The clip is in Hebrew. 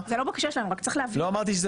זאת ההצעה שלי מכיוון שלקחתי את זה